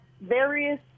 various